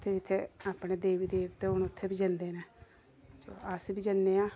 ते जित्थें अपने देवी देवते होन उत्थें बी जंदे न अस बी जन्ने आं